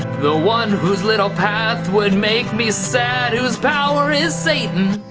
the one whose little path would make me sad whose power is satan